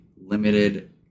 limited